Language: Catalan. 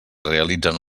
realitzen